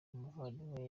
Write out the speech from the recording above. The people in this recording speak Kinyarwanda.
umuvandimwe